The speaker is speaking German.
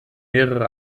mehrere